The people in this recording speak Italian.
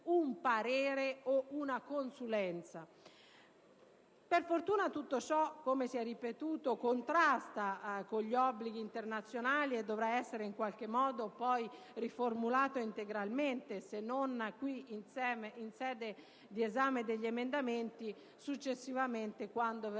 un parere o una consulenza. Per fortuna, come si è ripetuto, tutto ciò contrasta con gli obblighi internazionali e in qualche modo dovrà essere riformulato integralmente, se non qui, in sede di esame degli emendamenti, successivamente, quando verrà